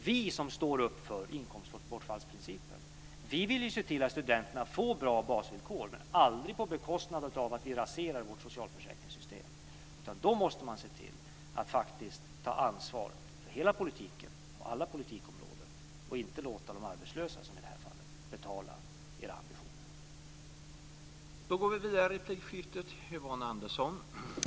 Vi, som står upp för inkomstbortfallsprincipen, vill se till att studenterna får bra basvillkor, men aldrig till priset av att vårt socialförsäkringssystem raseras. Därför måste man se till att ansvar faktiskt tas för hela politiken, på alla politikområden. Det går inte, som i det här fallet, att låta de arbetslösa betala era ambitioner.